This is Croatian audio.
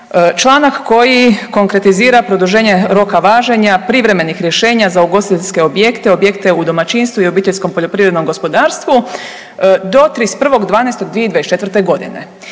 članak koji konkretizira roka važenja privremenih rješenja za ugostiteljske objekte, objekte u domaćinstvu i obiteljskom poljoprivrednom gospodarstvu do 31.12.2024. godine.